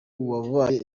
wabaye